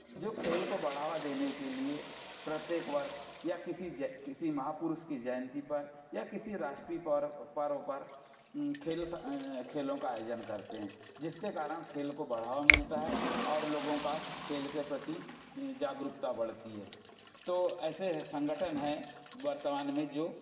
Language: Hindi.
जो खेल को बढ़ावा देने के लिए प्रत्येक वर्ष या किसी जय किसी महापुरुष की जयंती पर या किसी राष्ट्रीय पर्व पर खेल खेलों का आयोजन करते हैं जिसके कारण खेल को बढ़ावा मिलता है और लोगों का खेल के प्रति जागरूकता बढ़ती है तो ऐसे संगठन हैं वर्तमान में जो